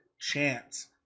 chance